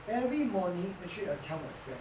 every morning actually I tell my friend